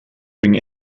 bring